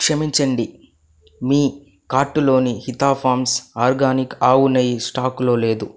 క్షమించండి మీ కార్టు లోని హితా ఫామ్స్ ఆర్గానిక్ ఆవునెయ్యి స్టాకులో లేదు